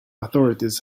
authorities